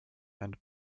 and